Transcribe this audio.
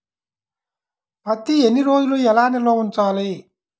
పత్తి ఎన్ని రోజులు ఎలా నిల్వ ఉంచాలి?